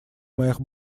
моих